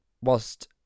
Whilst